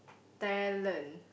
talent